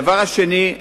דבר שני,